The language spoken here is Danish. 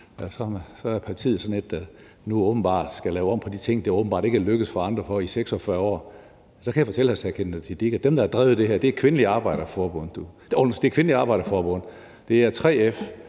er partiet det, der åbenbart skal lave om på de ting, det ikke er lykkedes andre at gøre i 46 år. Så kan jeg fortælle hr. Sikandar Siddique, at dem, der har drevet det her, er kvindelige arbejderforbund, det er 3F,